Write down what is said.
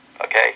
Okay